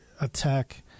attack